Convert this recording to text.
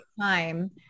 time